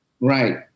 Right